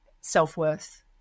self-worth